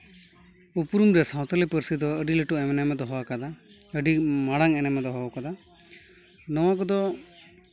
ᱩᱯᱨᱩᱢ ᱜᱮ ᱥᱟᱶᱛᱟᱞᱤ ᱯᱟᱹᱨᱥᱤ ᱫᱚ ᱟᱹᱰᱤ ᱞᱟᱹᱴᱩ ᱮᱱᱮᱢᱮ ᱫᱚᱦᱚ ᱟᱠᱟᱫᱟ ᱟᱹᱰᱤ ᱢᱟᱨᱟᱝ ᱮᱱᱮᱢᱮ ᱫᱚᱦᱚ ᱠᱟᱫᱟ ᱱᱚᱣᱟ ᱠᱚᱫᱚ